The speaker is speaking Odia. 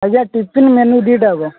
ଆଜ୍ଞା ଟିଫିନ୍ ମେନ୍ୟୁ ଦୁଇଟା ହେବ